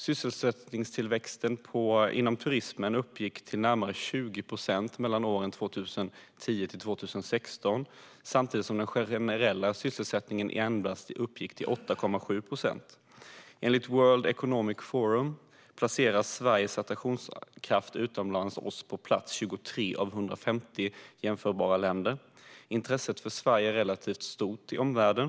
Sysselsättningstillväxten inom turismen uppgick till närmare 20 procent mellan åren 2010 och 2016 samtidigt som den generella sysselsättningstillväxten uppgick till endast 8,7 procent. Enligt World Economic Forum placerar Sveriges attraktionskraft utomlands oss på plats 23 av 150 jämförda länder. Intresset för Sverige är relativt stort i omvärlden.